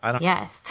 Yes